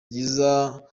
ryiza